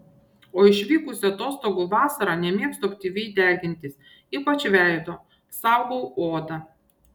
o išvykusi atostogų vasarą nemėgstu aktyviai degintis ypač veido saugau odą